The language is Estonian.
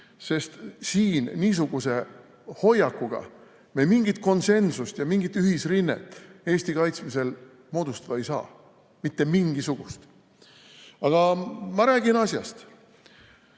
sest niisuguse hoiakuga me mingit konsensust ja mingit ühisrinnet Eesti kaitsmisel moodustada ei saa. Mitte mingisugust! Aga ma räägin asjast.